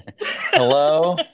Hello